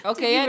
Okay